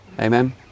amen